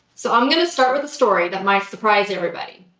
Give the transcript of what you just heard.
so, i'm going to start with the story that might surprise everybody.